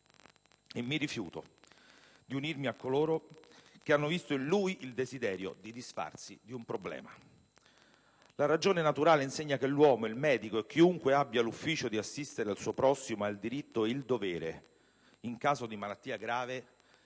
e mi rifiuto di unirmi a coloro che hanno visto in lui il desiderio di disfarsi di un "problema". La ragione naturale insegna che l'uomo, il medico (e chiunque abbia l'ufficio di assistere il suo prossimo), ha il diritto e il dovere, in caso di malattia grave,